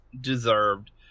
deserved